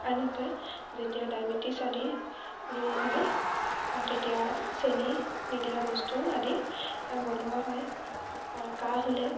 আনহতে যেতিয়া ডায়বেটিছ আদি ৰোগ হয় তেতিয়া চেনি নিদিয়া বস্তু আদি বনোৱা হয় আৰু কাহ হ'লে